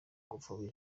gupfobya